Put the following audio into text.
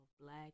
black